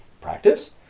practice